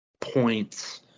points